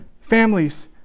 families